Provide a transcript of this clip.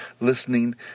listening